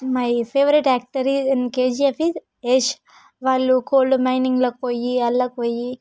my favourite actor in KGF is Yash వాళ్ళు coal మైనింగ్లోకి పోయి అందులోకి పోయి